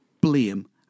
blame